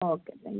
okay thank you